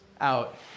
out